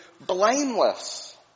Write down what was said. blameless